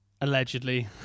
Allegedly